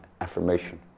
affirmation